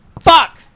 fuck